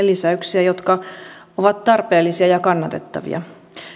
lisäyksiä jotka ovat tarpeellisia ja kannatettavia